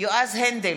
יועז הנדל,